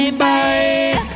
bye